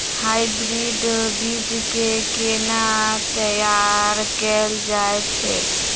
Hybrid बीज केँ केना तैयार कैल जाय छै?